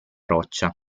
roccia